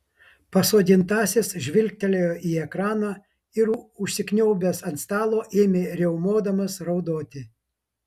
pasodintasis žvilgtelėjo į ekraną ir užsikniaubęs ant stalo ėmė riaumodamas raudoti